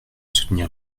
soutenir